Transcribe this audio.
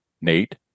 nate